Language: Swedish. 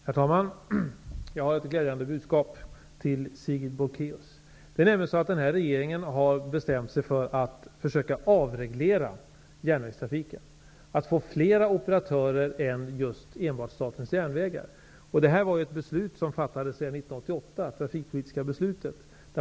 Herr talman! Jag har ett glädjande budskap till Sigrid Bolkéus. Det är nämligen så att regeringen har bestämt sig för att försöka avreglera järnvägstrafiken och få fler operatörer än enbart Statens järnvägar. Detta beslut fattades redan 1988 i och med det trafikpolitiska beslutet.